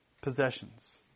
possessions